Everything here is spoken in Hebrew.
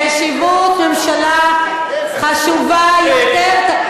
יציבות ממשלה חשובה יותר,